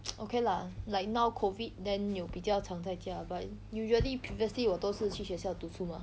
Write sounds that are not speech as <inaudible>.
<noise> okay lah like now COVID then 有比较常在家 but usually previously 我都是去学校读书 mah